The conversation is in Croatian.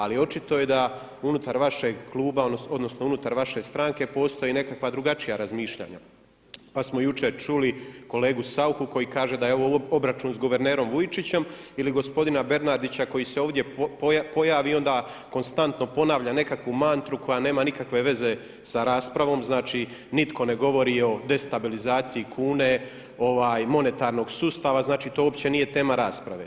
Ali očito je da unutar vašeg kluba, odnosno unutar vaše stranke postoje i nekakva drugačija razmišljanja, pa smo jučer čuli kolegu Saucha koji kaže da je ovo obračun sa guvernerom Vujčićem ili gospodina Bernardića koji se ovdje pojavi i onda konstantno ponavlja nekakvu mantru koja nema nikakve veze sa raspravom, znači nitko ne govori o destabilizaciji kune, monetarnog sustava, znači to uopće nije tema rasprave.